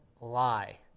lie